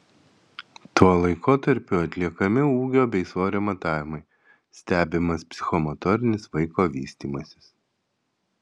tuo laikotarpiu atliekami ūgio bei svorio matavimai stebimas psichomotorinis vaiko vystymasis